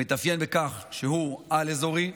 שמתאפיין בכך שהוא על-אזורי,